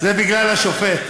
בגלל השופט.